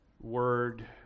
word